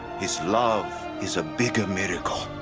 his love is a bigger miracle.